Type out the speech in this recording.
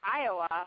Iowa